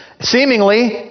seemingly